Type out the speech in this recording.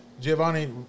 Giovanni